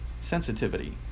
sensitivity